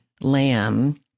lamb